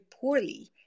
poorly